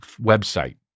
Website